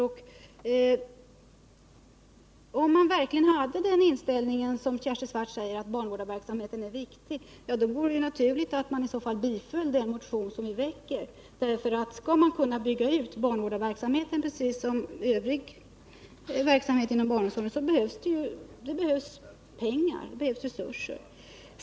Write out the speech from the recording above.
Om man nu har inställningen att barnvårdarverksamheten är viktig, vilket Kersti Swartz säger, vore det ju naturligt att bifalla den motion som vi väcker. Skall man kunna bygga ut barnvårdarverksamheten på samma sätt som övrig verksamhet inom barnomsorgen, så behövs det resurser.